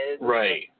Right